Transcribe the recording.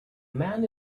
man